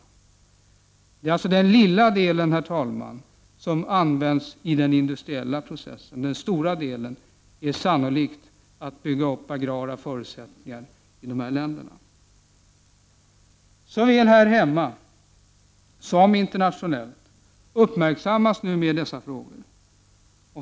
Det är alltså den lilla delen, herr talman, som används i den industriella processen; den stora delen går sannolikt till att bygga upp de agrara förutsättningarna i dessa länder. Såväl här hemma som på det internationella planet uppmärksammas dessa frågor.